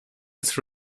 its